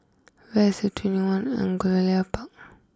where is TwentyOne Angullia Park